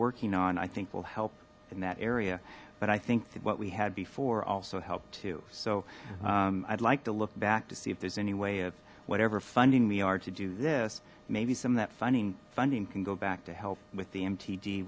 working on i think will help in that area but i think what we had before also help too so i'd like to look back to see if there's any way of whatever funding we are to do this maybe some of that funding funding can go back to help with the m